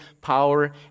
power